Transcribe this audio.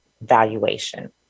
valuation